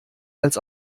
als